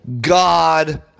God